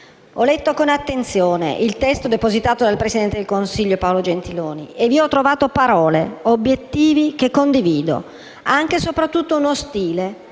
ho letto con attenzione il testo depositato dal presidente del Consiglio Paolo Gentiloni Silveri e vi ho trovato parole e obiettivi che condivido; anche e soprattutto uno stile